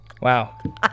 Wow